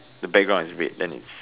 the background is red then is